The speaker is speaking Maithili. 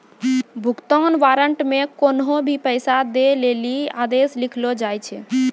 भुगतान वारन्ट मे कोन्हो भी पैसा दै लेली आदेश लिखलो जाय छै